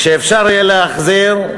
כשאפשר יהיה להחזיר,